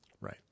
Right